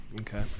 Okay